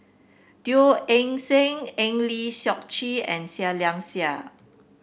Teo Eng Seng Eng Lee Seok Chee and Seah Liang Seah